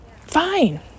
Fine